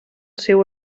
seu